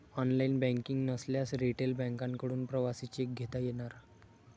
online banking नसल्यास retail बँकांकडून प्रवासी चेक घेता येणार